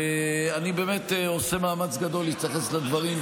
ואני באמת עושה מאמץ גדול להתייחס לדברים.